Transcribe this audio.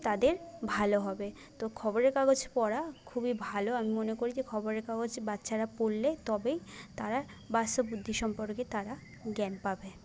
তাদের ভালো হবে তো খবরের কাগজ পড়া খুবই ভালো আমি মনে করি যে খবরের কাগজ বাচ্চারা পড়লে তবেই তারা বাস্তব বুদ্ধি সম্পর্কে তারা জ্ঞান পাবে